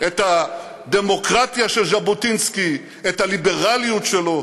את הדמוקרטיה של ז'בוטינסקי, את הליברליות שלו,